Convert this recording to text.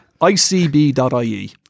icb.ie